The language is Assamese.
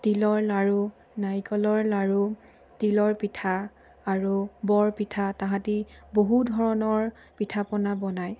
তিলৰ লাড়ু নাৰিকলৰ লাড়ু তিলৰ পিঠা আৰু বৰপিঠা তাহাঁতে বহু ধৰণৰ পিঠা পনা বনায়